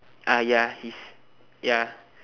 ah ya he's ya